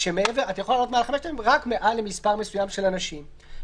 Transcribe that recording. אתה יכול מעל 5,000 רק מעל מספר מסוים של אנשים.